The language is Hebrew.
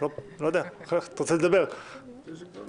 לי יש שאלות.